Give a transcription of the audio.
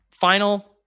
final